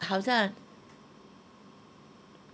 好像